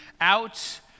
out